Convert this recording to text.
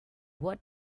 what